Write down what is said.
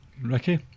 Ricky